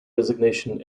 resignation